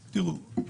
תראו,